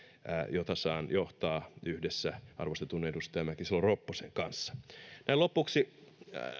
jota saan johtaa yhdessä arvostetun edustaja mäkisalo ropposen kanssa näin lopuksi